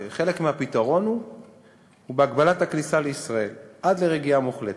שחלק מהפתרון הוא בהגבלת הכניסה לישראל עד לרגיעה מוחלטת.